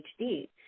HD